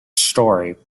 story